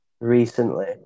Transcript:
recently